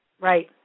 Right